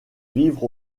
vivre